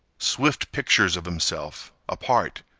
swift pictures of himself, apart,